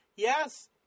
Yes